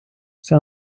вся